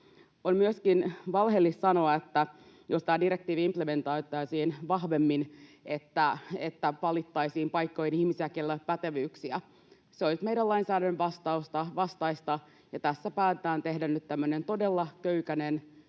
On myöskin valheellista sanoa, että jos tämä direktiivi implementoitaisiin vahvemmin, valittaisiin paikkoihin ihmisiä, keillä ei ole pätevyyksiä. Se olisi meidän lainsäädännön vastaista. Tässä päätetään tehdä nyt tämmöinen todella köykäinen